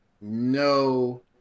no